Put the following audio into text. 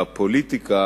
בפוליטיקה,